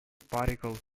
particles